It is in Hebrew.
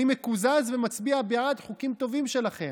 אני מקוזז ומצביע בעד חוקים טובים שלכם.